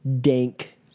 dank